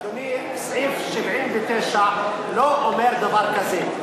אדוני, סעיף 79 לא אומר דבר כזה.